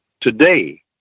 today